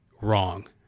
wrong